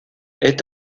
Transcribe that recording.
est